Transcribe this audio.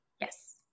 Yes